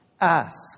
ask